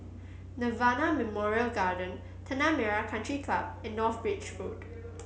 Nirvana Memorial Garden Tanah Merah Country Club and North Bridge Road